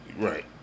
Right